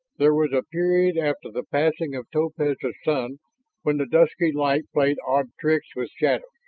there was a period after the passing of topaz' sun when the dusky light played odd tricks with shadows.